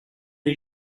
les